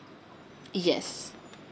yes